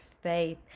faith